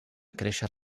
créixer